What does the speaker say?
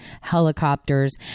helicopters